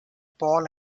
paul